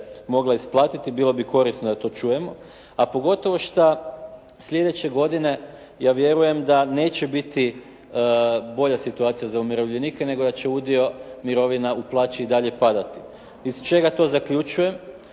mogla isplatiti bilo bi korisno da to čujemo, a pogotovo šta sljedeće godine ja vjerujem da neće biti bolja situacija za umirovljenike nego da će udio mirovina u plaći i dalje padati. Iz čega to zaključujem?